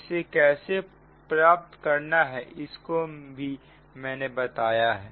इसे कैसे प्राप्त करना है इसको भी मैंने बताया है